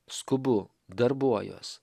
skubu darbuojuos